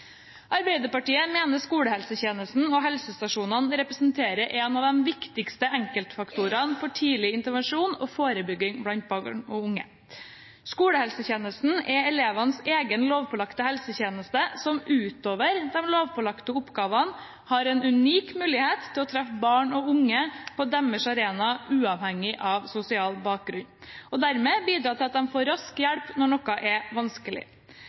Arbeiderpartiet mener skolehelsetjenesten og helsestasjonene representerer en av de viktigste enkeltfaktorene for tidlig intervensjon og forebygging blant barn og unge. Skolehelsetjenesten er elevenes egen lovpålagte helsetjeneste, som utover de lovpålagte oppgavene har en unik mulighet til å treffe barn og unge på deres arena, uavhengig av sosial bakgrunn, og dermed bidra til at de raskt får hjelp når noe er vanskelig.